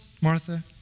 Martha